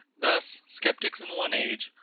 thus, sceptics in one age,